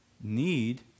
need